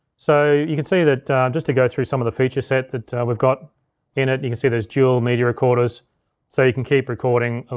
so you can see that just to go through some of the feature set that we've got in it, you can see there's dual media recorders so you can keep recording. ah